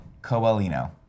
Coelino